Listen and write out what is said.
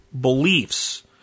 beliefs